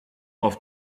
auf